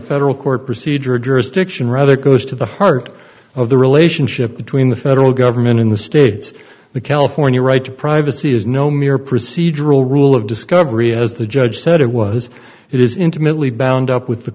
federal court procedure jurisdiction rather goes to the heart of the relationship between the federal government in the states the california right to privacy is no mere procedural rule of discovery as the judge said it was it is intimately bound up with the